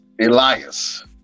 Elias